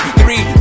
three